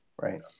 Right